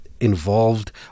involved